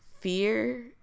fear